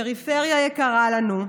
הפריפריה יקרה לנו,